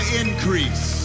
increase